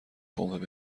پمپ